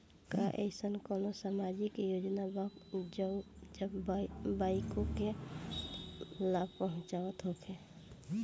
का एइसन कौनो सामाजिक योजना बा जउन बालिकाओं के लाभ पहुँचावत होखे?